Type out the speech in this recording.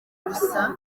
gusa